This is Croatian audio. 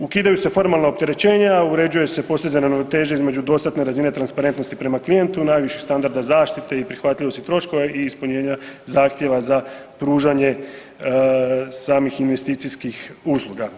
Ukidaju je formalna opterećenja, uređuje se postizanje ravnoteže između dostatne razine transparentnosti prema klijentu najviših standarda zaštite i prihvatljivosti troškova i ispunjenja zahtjeva za pružanje samih investicijskih usluga.